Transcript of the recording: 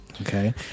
Okay